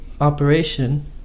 operation